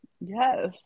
Yes